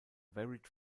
varied